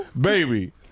Baby